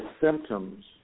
symptoms